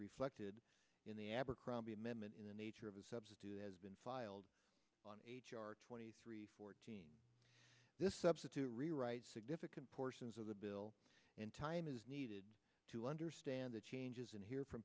reflected in the abercrombie amendment in the nature of a substitute has been filed on twenty three fourteen this substitute a rewrite significant portions of the bill in time is needed to understand the changes in here from